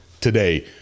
today